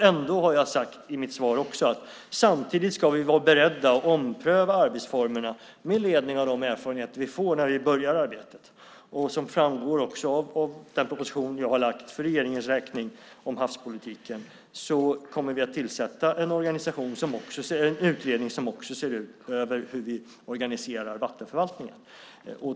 Ändå har jag sagt i mitt svar att vi samtidigt ska vara beredda att ompröva arbetsformerna med ledning av de erfarenheter vi får när vi börjar arbetet. Som framgår av den proposition som jag har lagt fram för regeringens räkning om havspolitiken kommer vi att tillsätta en utredning som ser över hur vi organiserar vattenförvaltningen.